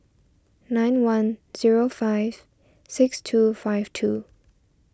nine one zero five six two five two